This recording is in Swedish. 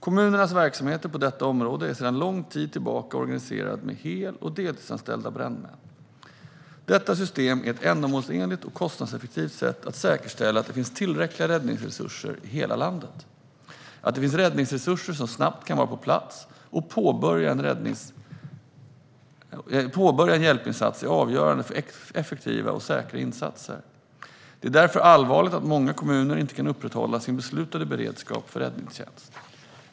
Kommunernas verksamhet på detta område är sedan lång tid tillbaka organiserad med hel och deltidsanställda brandmän. Detta system är ett ändamålsenligt och kostnadseffektivt sätt att säkerställa att det finns tillräckliga räddningsresurser i hela landet. Att det finns räddningsresurser som snabbt kan vara på plats och påbörja en hjälpinsats är avgörande för effektiva och säkra insatser. Det är därför allvarligt att många kommuner inte kan upprätthålla sin beslutade beredskap för räddningstjänst.